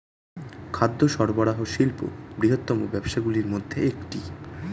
খাদ্য সরবরাহ শিল্প বৃহত্তম ব্যবসাগুলির মধ্যে একটি